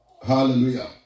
Hallelujah